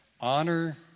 honor